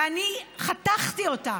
ואני חתכתי אותה,